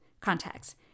contacts